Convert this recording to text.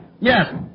Yes